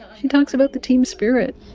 she talks about the team spirit.